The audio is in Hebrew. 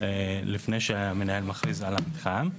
לפני שהמנהל מכריז על המתחם.